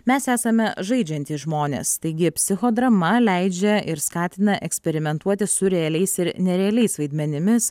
mes esame žaidžiantys žmonės taigi psichodrama leidžia ir skatina eksperimentuoti su realiais ir nerealiais vaidmenimis